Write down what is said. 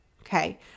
okay